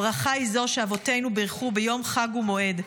הברכה היא זו שאבותינו בירכו ביום חג ומועד,